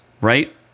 right